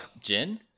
Jin